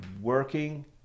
working